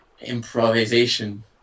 improvisation